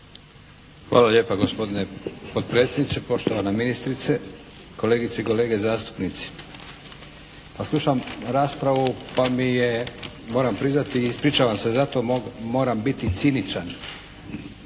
Hvala lijepa gospodine potpredsjedniče. Poštovana ministrice, kolegice i kolege zastupnici. Pa slušam raspravu pa mi je moram priznati i ispričavam se za to, moram biti ciničan